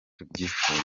tubyifuza